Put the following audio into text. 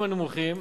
הנמוכים,